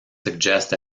suggest